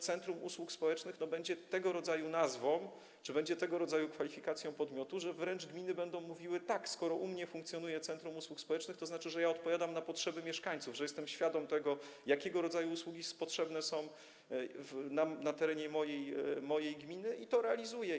Centrum usług społecznych” będzie tego rodzaju nazwą czy będzie tego rodzaju kwalifikacją podmiotu, że wręcz w gminach będą mówić: Tak, skoro u mnie funkcjonuje centrum usług społecznych, to znaczy, że odpowiadam na potrzeby mieszkańców, jestem świadom tego, jakiego rodzaju usługi są potrzebne na terenie mojej gminy, i to realizuję.